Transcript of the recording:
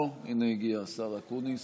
אוה, הינה הגיע השר אקוניס.